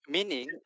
Meaning